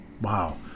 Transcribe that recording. Wow